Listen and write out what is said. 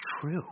true